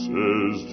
Says